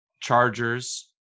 Chargers